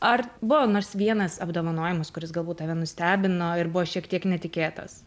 ar buvo nors vienas apdovanojimas kuris galbūt tave nustebino ir buvo šiek tiek netikėtas